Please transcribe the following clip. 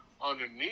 underneath